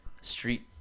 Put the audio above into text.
street